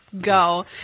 go